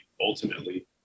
ultimately